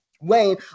Wayne